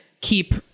keep